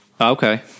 Okay